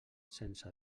sense